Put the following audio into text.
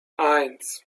eins